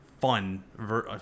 fun